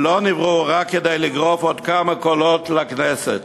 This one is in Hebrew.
רק כדי לגרוף עוד כמה קולות לכנסת.